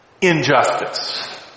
injustice